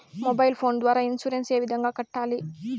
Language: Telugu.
మొబైల్ ఫోను ద్వారా ఇన్సూరెన్సు ఏ విధంగా కట్టాలి